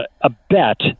abet